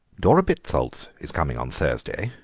dora bittholz is coming on thursday,